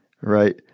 right